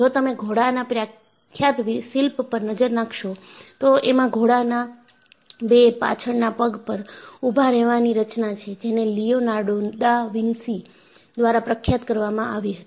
જો તમે ઘોડાના પ્રખ્યાત શિલ્પ પર નજર નાખશો તો એમાં ઘોડાના બે પાછળના પગ પર ઊભા રહેવાની રચના છે જેને લિયોનાર્ડો દા વિન્સી દ્વારા પ્રખ્યાત કરવામાં આવી હતી